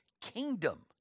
kingdom